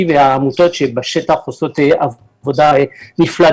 והעמותות שבשטח עושות עבודה נפלאה.